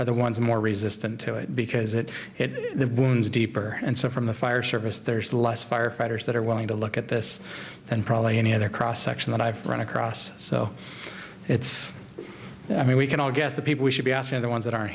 are the ones more resistant to it because it blooms deeper and so from the fire service there's less firefighters that are willing to look at this than probably any other cross section that i've run across so it's i mean we can all guess the people we should be asking the ones that are